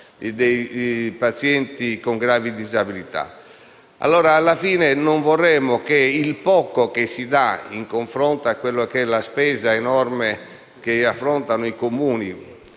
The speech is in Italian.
e i pazienti con gravi disabilità. Alla fine non vorremmo che il poco che si dà, in confronto alla spesa enorme che affrontano i Comuni